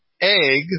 Egg